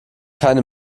keine